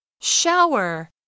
Shower